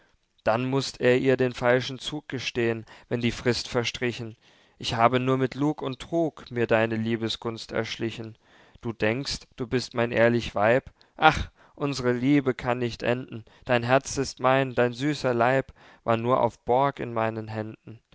dann mußt er ihr den falschen zug gestehen wenn die frist verstrichen ich habe nur mit lug und trug mir deine liebesgunst erschlichen du denkst du bist mein ehrlich weib ach unsre liebe kann nicht enden dein herz ist mein dein süßer leib war nur auf borg in meinen händen